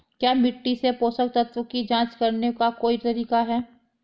क्या मिट्टी से पोषक तत्व की जांच करने का कोई तरीका है?